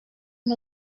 amb